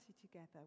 together